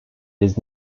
this